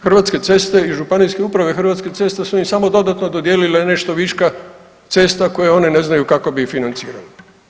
Hrvatske ceste i županijske uprave Hrvatskih cesta su im samo dodatno dodijelile nešto viška cesta koje one ne znaju kako bi financirali.